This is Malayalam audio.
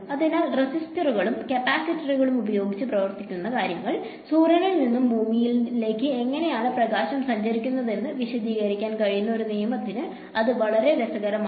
അതിനാൽ റെസിസ്റ്ററുകളും കപ്പാസിറ്ററുകളും ഉപയോഗിച്ച് പ്രവർത്തിക്കുന്ന കാര്യങ്ങൾ സൂര്യനിൽ നിന്ന് ഭൂമിയിലേക്ക് എങ്ങനെയാണ് പ്രകാശം സഞ്ചരിക്കുന്നതെന്ന് വിശദീകരിക്കാൻ കഴിയുന്ന ഒരു നിയമത്തിന് അത് വളരെ രസകരമാണ്